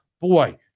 Boy